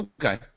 Okay